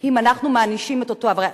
אם אנחנו מענישים את אותו אחד.